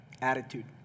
attitude